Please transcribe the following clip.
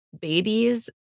babies